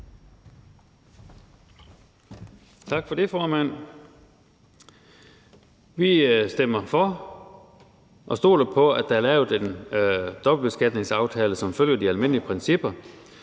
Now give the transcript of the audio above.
Tak for det, formand. Vi stemmer for og stoler på, at der er lavet en dobbeltbeskatningsaftale, som følger de almindelige principper.